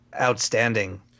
outstanding